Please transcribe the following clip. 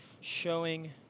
showing